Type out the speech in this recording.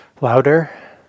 Louder